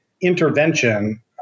Intervention